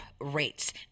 rates